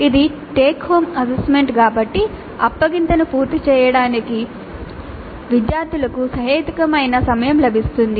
ఇది take home assignment కాబట్టి అప్పగింతను పూర్తి చేయడానికి విద్యార్థులకు సహేతుకమైన సమయం లభిస్తుంది